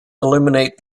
illuminate